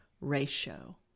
ratio